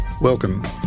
Welcome